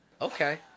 Okay